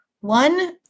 one